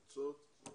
הקליטה והתפוצות.